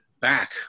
back